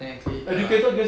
technically ya